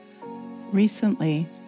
Recently